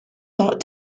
thought